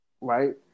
right